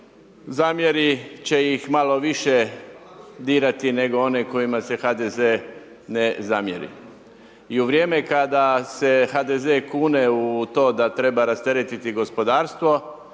zamjeri će ih malo više dirati, nego onima kojima se HDZ ne zamjeri. I u vrijeme kada se HDZ kune u to da treba rasteretiti gospodarstvo,